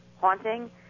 haunting